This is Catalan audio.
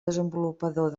desenvolupador